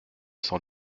sans